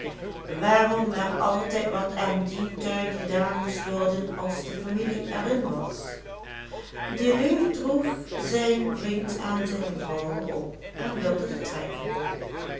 waarom er altijd wat aan dien tuin gedaan moest worden als de familie er in was deluw droeg zijn vriend aan zijne vrouw op en wilde vertrekken